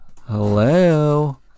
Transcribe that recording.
Hello